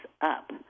up